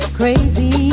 crazy